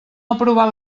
aprovar